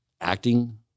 acting